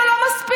אבל לא מספיק.